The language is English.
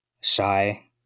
shy